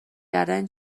کردن